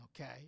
okay